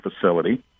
facility